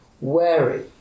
wary